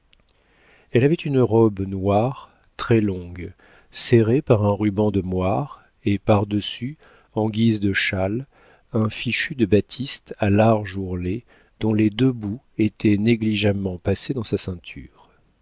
elle avait une robe noire très longue serrée par un ruban de moire et par-dessus en guise de châle un fichu de batiste à large ourlet dont les deux bouts étaient négligemment passés dans sa ceinture